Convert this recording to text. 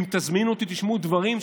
ואם תזמינו אותי תשמעו דברים,